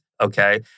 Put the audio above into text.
okay